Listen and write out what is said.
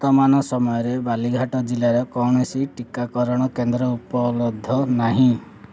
ବର୍ତ୍ତମାନ ସମୟରେ ବାଲିଘାଟ ଜିଲ୍ଲାରେ କୌଣସି ଟିକାକରଣ କେନ୍ଦ୍ର ଉପଲବ୍ଧ ନାହିଁ